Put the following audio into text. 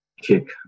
kick